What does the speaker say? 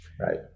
right